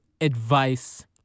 Advice